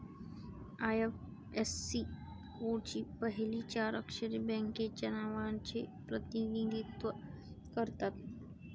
IFSC कोडची पहिली चार अक्षरे बँकेच्या नावाचे प्रतिनिधित्व करतात